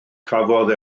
cafodd